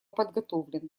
подготовлен